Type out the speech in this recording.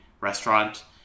restaurant